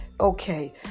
Okay